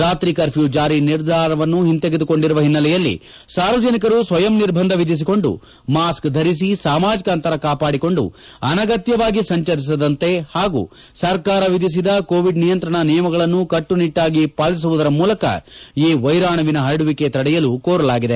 ರಾತ್ರಿ ಕರ್ಫ್ಯೂ ಜಾರಿ ನಿರ್ಧಾರವನ್ನು ಒಂತೆಗೆದುಕೊಂಡಿರುವ ಒನ್ನೆಲೆಯಲ್ಲಿ ಸಾರ್ವಜನಿಕರು ಸ್ವಯಂ ನಿರ್ಬಂಧ ವಿಧಿಸಿಕೊಂಡು ಮಾಸ್ಕ್ ಧರಿಸಿ ಸಾಮಾಜಿಕ ಅಂತರ ಕಾಪಾಡಿಕೊಂಡು ಅನಗತ್ಯವಾಗಿ ಸಂಜರಿಸದಂತೆ ಪಾಗೂ ಸರ್ಕಾರ ವಿಧಿಸಿದ ಕೋವಿಡ್ ನಿಯಂತ್ರಣ ನಿಯಮಗಳನ್ನು ಕಟ್ಟುನಿಟ್ಟಾಗಿ ಪಾಲಿಸುವುದರ ಮೂಲಕ ಈ ವೈರಾಣುವಿನ ಪರಡುವಿಕೆ ತಡೆಯಲು ಕೋರಲಾಗಿದೆ